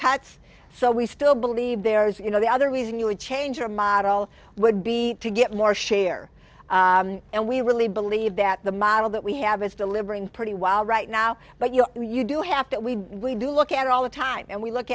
haircuts so we still believe there is you know the other reason you would change our model would be to get more share and we really believe that the model that we have is delivering pretty wild right now but you know you do have to we we do look at all the time and we look